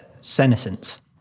senescence